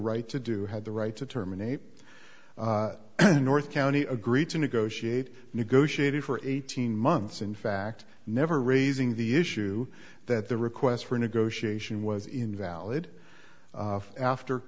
right to do had the right to terminate the north county agreed to negotiate negotiated for eighteen months in fact never raising the issue that the request for negotiation was invalid after